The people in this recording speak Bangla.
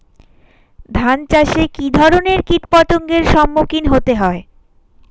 ধান চাষে কী ধরনের কীট পতঙ্গের সম্মুখীন হতে হয়?